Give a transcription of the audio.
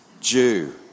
Jew